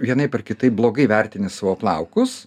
vienaip ar kitaip blogai vertini savo plaukus